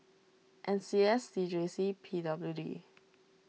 N C S C J C and P W D